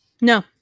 No